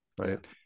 right